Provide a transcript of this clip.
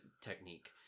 technique